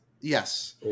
Yes